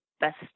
Best